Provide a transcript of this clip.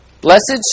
Blessed